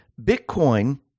bitcoin